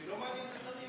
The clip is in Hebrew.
זה לא מעניין את השרים?